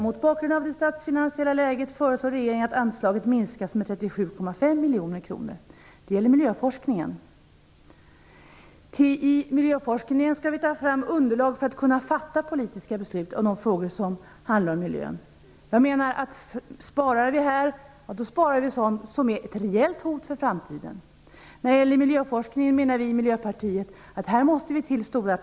Mot bakgrund av det statsfinansiella läget föreslår regeringen minskning av ytterligare ett anslag med Genom miljöforskningen skall vi kunna ta fram underlag för att fatta politiska beslut i de frågor som handlar om miljön. Om vi sparar på det området innebär det ett rejält hot för framtiden. Vi i miljöpartiet anser att det skall satsas stora pengar på miljöforskningen.